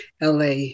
LA